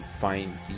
find